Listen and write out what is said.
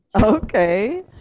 Okay